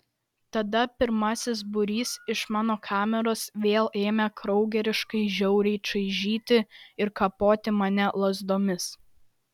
tada pirmasis būrys iš mano kameros vėl ėmė kraugeriškai žiauriai čaižyti ir kapoti mane lazdomis